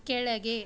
ಕೆಳಗೆ